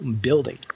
building